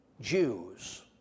Jews